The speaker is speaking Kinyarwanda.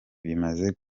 bimaze